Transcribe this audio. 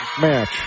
match